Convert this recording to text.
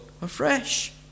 afresh